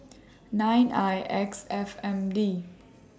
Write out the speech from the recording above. nine I X F M D